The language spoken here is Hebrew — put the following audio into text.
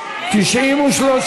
התשע"ח 2018, לא נתקבלה.